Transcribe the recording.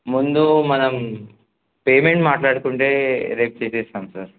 ముందు మనం పేమెంట్ మాట్లాడుకుంటే రేపు చేసేస్తాం సార్